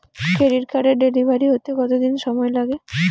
Credit কার্ডের delivery হতে কতদিন সময় লাগে?